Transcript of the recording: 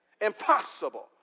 Impossible